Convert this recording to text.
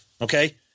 okay